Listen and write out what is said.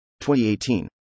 2018